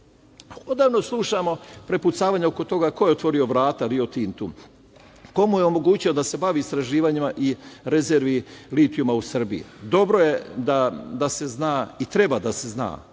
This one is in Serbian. slušamo prepucavanje oko toga ko je otvorio vrata Rio Tintu, ko mu je omogućio da se bavi istraživanjima i rezervi litijuma u Srbiji? Dobro je da se zna i treba da se zna,